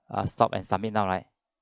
uh stop and submit now right